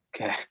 Okay